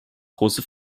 große